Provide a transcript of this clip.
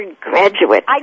graduate